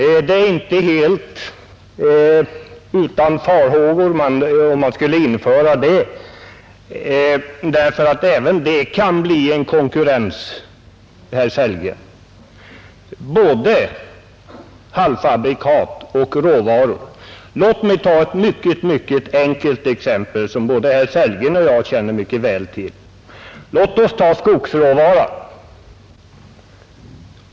Det skulle inte vara helt utan risker att införa ett sådant. Även det kan påverka konkurrensen, herr Sellgren — både halvfabrikat och råvaror. Ett mycket enkelt exempel, som både herr Sellgren och jag känner väl till gäller skogsråvara.